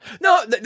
No